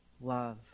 love